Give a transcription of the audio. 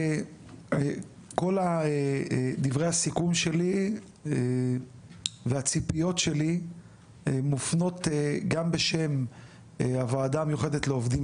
כל דברי הסיכום שלי והציפיות שלי מופנות גם בשם הוועדה המיוחדת לעובדים